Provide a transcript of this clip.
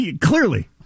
Clearly